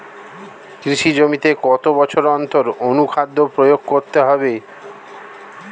কৃষি জমিতে কত বছর অন্তর অনুখাদ্য প্রয়োগ করতে হবে?